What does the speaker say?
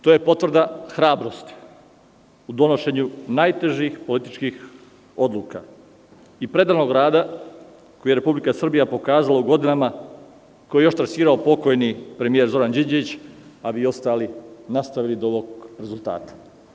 To je potvrda hrabrosti u donošenju najtežih političkih odluka i predanog rada koji je Republika Srbija pokazala u godinama koje je trasirao pokojni premijer Zoran Đinđić, a vi ostali nastavili do ovog rezultata.